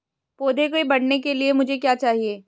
पौधे के बढ़ने के लिए मुझे क्या चाहिए?